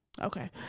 Okay